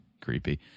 creepy